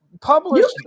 published